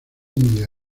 india